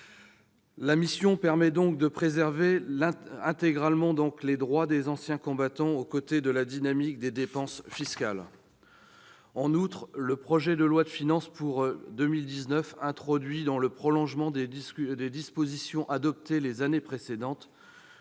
La mission permet donc de préserver intégralement les droits des anciens combattants, aux côtés de la dynamique des dépenses fiscales. En outre, le projet de loi de finances pour 2019 introduit, dans le prolongement des dispositions adoptées les années précédentes,